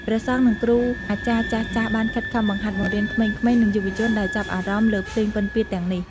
ព្រះសង្ឃ និងគ្រូអាចារ្យចាស់ៗបានខិតខំបង្ហាត់បង្រៀនក្មេងៗ និងយុវជនដែលចាប់អារម្មណ៍លើភ្លេងពិណពាទ្យទាំងនេះ។